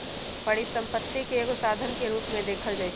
परिसम्पत्ति के एगो साधन के रूप में देखल जाइछइ